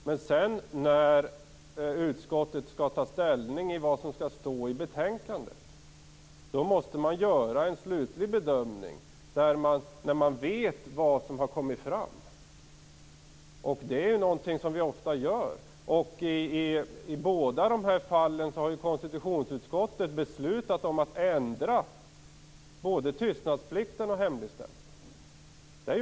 Men när utskottet skall ta ställning till vad som skall stå i betänkandet måste man göra en slutlig bedömning när man vet vad som har kommit fram. Det är någonting som vi ofta gör. I båda de här fallen har konstitutionsutskottet beslutat om att ändra både tystnadsplikten och hemligstämpeln.